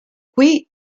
qui